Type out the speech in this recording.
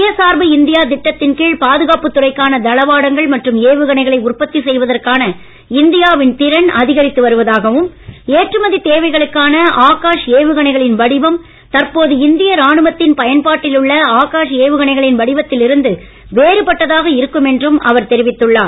சுயசார்பு இந்தியா திட்டத்தின் கீழ் பாதுகாப்பு துறைக்கான தளவாடங்கள் மற்றும் ஏவுகணைகளை உற்பத்தி செய்வதற்கான இந்தியாவின் திறன் அதிகரித்து வருவதாகவும் ஏற்றுமதித் தேவைகளுக்கான ஆகாஷ் ஏவுகணைகளின் வடிவம் தற்போது இந்திய ராணுவத்தின் பயன்பாட்டில் உள்ள ஆகாஷ் ஏவுகணைகளின் வடிவத்தில் இருந்து வேறுபட்டதாக இருக்கும் என்றும் அவர் தெரிவித்துள்ளார்